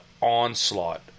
onslaught